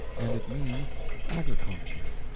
and it means agriculture.